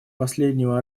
последнего